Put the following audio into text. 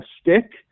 stick